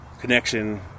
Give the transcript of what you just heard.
connection